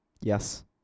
Yes